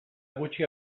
gutxi